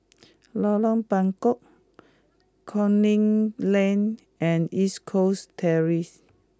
Lorong Buangkok Canning Lane and East Coast Terrace